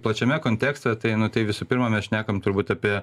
plačiame kontekste tai nu tai visų pirma mes šnekam turbūt apie